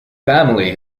family